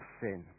sin